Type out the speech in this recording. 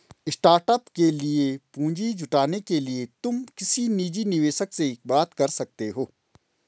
startup के लिए पूंजी जुटाने के लिए तुम किसी निजी निवेशक से बात कर सकते हो